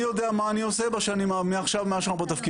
אני יודע מה אני עושה מעכשיו שאני בתפקיד,